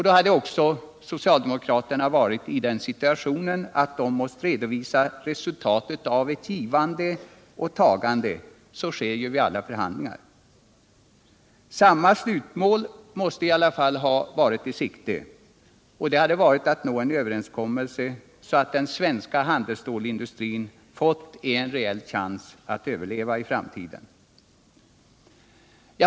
Då hade socialdemokraterna också varit i den situationen att de fått redovisa resultatet av ett givande och tagande — så sker ju vid alla förhandlingar. Samma slutmål måste i alla fall ha varit i sikte: att nå en överenskommelse så att den svenska handelsstålsindustrin fått en reell chans att överleva i framtiden.